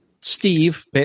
Steve